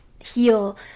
heal